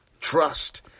Trust